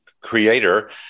creator